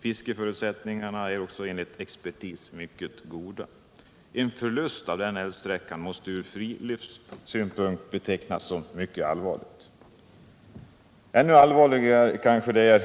Fiskeförutsättningarna är enligt expertis mycket goda. En förlust av den älvsträckan måste ur friluftssynpunkt betecknas som mycket allvarlig. Ännu allvarligare är kanske de